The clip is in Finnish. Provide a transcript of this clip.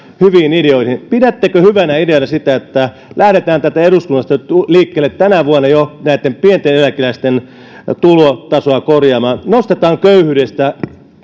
hyviin ideoihin niin pidättekö hyvänä ideana sitä että lähdetään täältä eduskunnasta liikkeelle jo tänä vuonna näitten pienten eläkeläisten tulotasoa korjaamaan nostetaan köyhyydestä